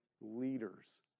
leaders